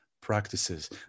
practices